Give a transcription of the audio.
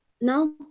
no